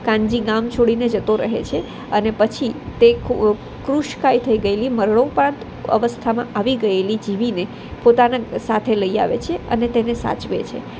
કાનજી ગામ છોડીને જતો રહે છે અને પછી તે ખૂબ કૃષકાય થઈ ગયેલી મરણોપાત અવસ્થામાં આવી ગયેલી જીવીને પોતાના સાથે લઈ આવે છે અને તેને સાચવે છે